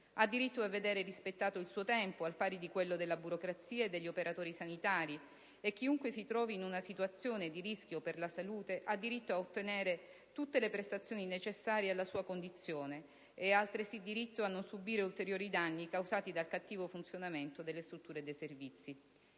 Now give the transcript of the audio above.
Ha diritto a vedere rispettato il suo tempo al pari di quello della burocrazia e degli operatori sanitari. E chiunque si trovi in una situazione di rischio per la sua salute ha diritto ad ottenere tutte le prestazioni necessarie alla sua condizione e ha altresì diritto a non subire ulteriori danni causati dal cattivo funzionamento delle strutture e dei servizi.